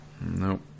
Nope